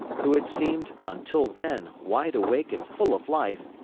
who had seemed, until then, wide awake and full of life,